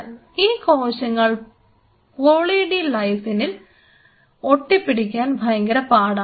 ഈ കോശങ്ങൾ poly D ലൈസിനിൽ ഒട്ടിപ്പിടിക്കാൻ ഭയങ്കര പാടാണ്